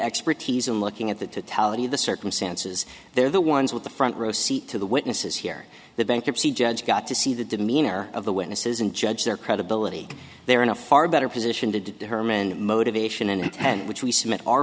expertise in looking at that to tell you the circumstances they're the ones with the front row seat to the witnesses here the bankruptcy judge got to see the demeanor of the witnesses and judge their credibility they're in a far better position to determine motivation intent which we submit